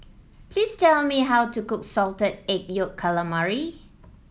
please tell me how to cook Salted Egg Yolk Calamari